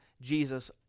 Jesus